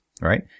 right